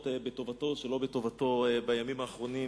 בטובתו או שלא בטובתו בימים האחרונים,